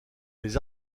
les